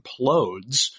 implodes